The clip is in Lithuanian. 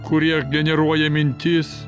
kurie generuoja mintis